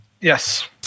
Yes